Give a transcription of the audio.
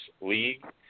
league